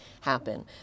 happen